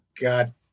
god